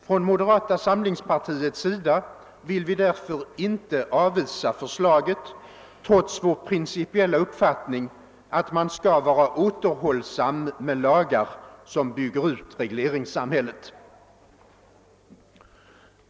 Från moderata samlingspartiets sida vill vi därför inte avvisa förslaget trots vår principiella uppfattning att man skall vara återhållsam med lagar som bygger ut regleringssamhället.